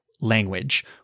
language